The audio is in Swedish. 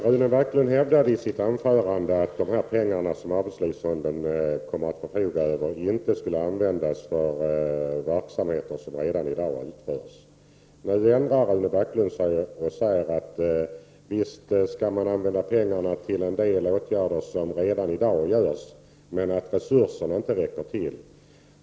Herr talman! Rune Backlund hävdade att pengarna som arbetslivsfonden kommer att förfoga över inte skulle användas för verksamheter som utförs redan i dag. Sedan ändrade han sig och sade, att visst skall man använda pengarna till en del åtgärder som redan i dag görs men där resurserna inte räcker till.